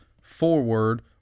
forward